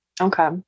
Okay